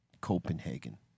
Copenhagen